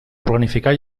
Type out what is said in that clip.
planificar